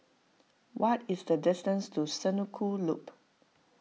what is the distance to Senoko Loop